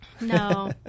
No